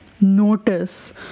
notice